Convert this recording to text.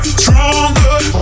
stronger